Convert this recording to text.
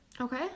Okay